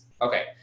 Okay